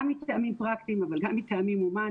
גם מטעמים פרקטיים, אבל גם מטעמים הומניים,